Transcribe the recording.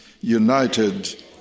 united